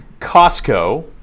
Costco